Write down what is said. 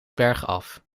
bergaf